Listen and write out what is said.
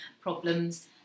problems